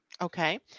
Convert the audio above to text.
Okay